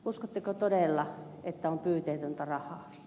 uskotteko todella että on pyyteetöntä rahaa